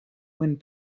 wind